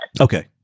Okay